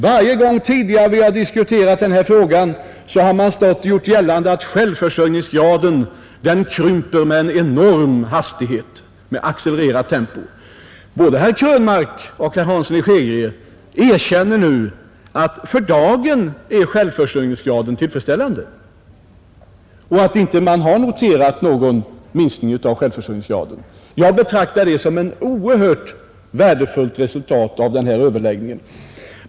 Varje gång vi tidigare har diskuterat denna fråga har man gjort gällande att självförsörjningsgraden krymper med stor hastighet. Både herr Krönmark och herr Hansson i Skegrie erkänner nu att självförsörjningsgraden för dagen är tillfredsställande och att man inte har noterat någon minskning av självförsörjningsgraden. Jag betraktar det såsom ett värdefullt resultat av denna överläggning.